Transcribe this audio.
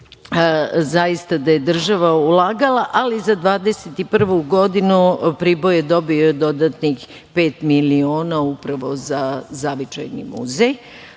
zaista da je država ulagala, ali za 2021. godinu Priboj je dobio dodatnih pet miliona upravo za Zavičajni